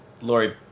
Lori